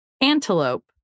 Antelope